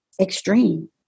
extreme